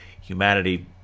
humanity